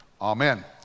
Amen